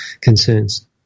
concerns